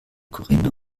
corinna